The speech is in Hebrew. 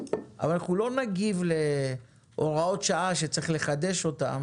אבל אנחנו לא נגיב להוראות שעה שצריך לחדש אותן